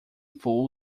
full